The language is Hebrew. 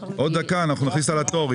נכניס אותה לתור.